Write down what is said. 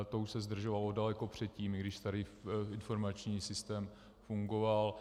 To už se zdržovalo daleko předtím, i když starý informační systém fungoval.